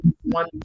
one